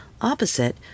opposite